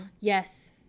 Yes